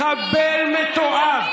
מחבל מתועב,